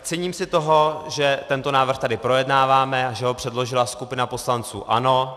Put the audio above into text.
Cením si toho, že tento návrh tady projednáváme a že ho předložila skupina poslanců ANO.